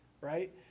right